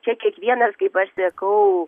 čia kiekvienas kaip aš sakau